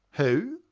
who,